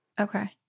Okay